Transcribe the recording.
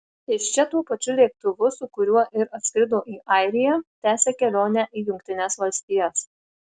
iš čia tuo pačiu lėktuvu su kuriuo ir atskrido į airiją tęsia kelionę į jungtines valstijas